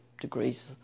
degrees